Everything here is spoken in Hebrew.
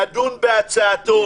לדון בהצעתו.